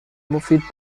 مفید